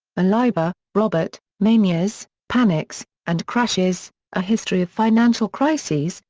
aliber, robert, manias, panics, and crashes a history of financial crises,